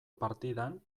partidan